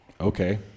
Okay